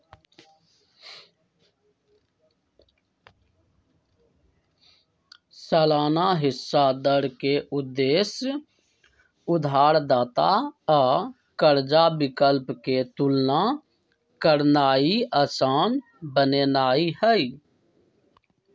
सालाना हिस्सा दर के उद्देश्य उधारदाता आ कर्जा विकल्प के तुलना करनाइ असान बनेनाइ हइ